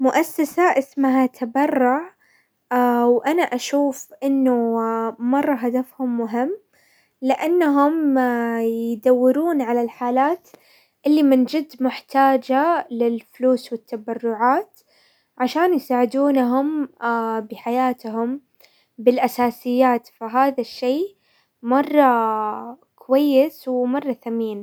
مؤسسة اسمها تبرع، وانا اشوف انه مرة هدفهم مهم، لانهم يدورون على الحالات اللي من جد محتاجة للفلوس والتبرعات، عشان يساعدوهم بحياتهم، بالاساسيات، فهذا الشي مرة كويس ومرة ثمين.